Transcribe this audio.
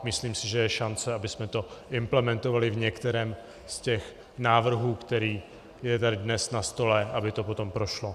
Myslím si, že je šance, abychom to implementovali v některém z těch návrhů, který je tady dnes na stole, aby to potom prošlo.